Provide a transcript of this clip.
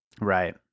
Right